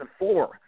2004